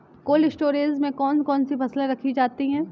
Cold storage में कौन कौन सी फसलें रखी जाती हैं?